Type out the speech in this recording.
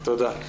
תודה.